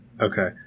Okay